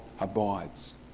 abides